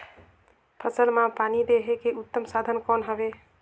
फसल मां पानी देहे के उत्तम साधन कौन हवे?